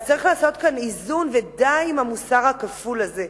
אז צריך לעשות כאן איזון ודי עם המוסר הכפול הזה.